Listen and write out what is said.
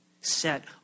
set